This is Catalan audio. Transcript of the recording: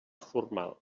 formal